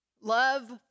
Love